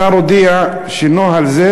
השר הודיע שנוהל זה